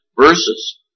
verses